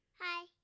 Hi